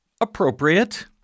appropriate